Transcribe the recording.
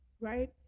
right